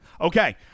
Okay